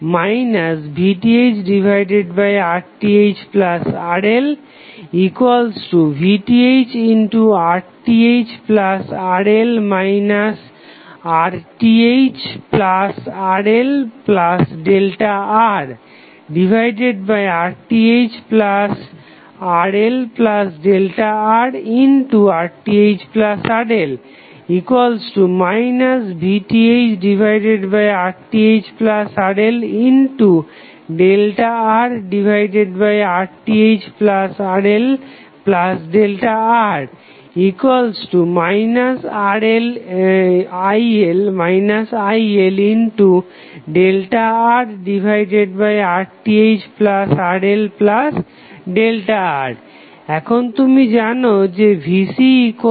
IVThRThRLR VThRThRL VThRThRL RThRLRRThRLRRThRL VThRThRLRRThRLR ILRRThRLR এখন তুমি কি জানো VCILΔR